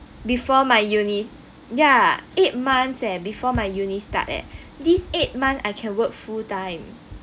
before my uni ya eight months eh before my uni start eh these eight month I can work full time